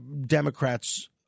Democrats—